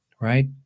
right